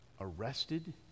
arrested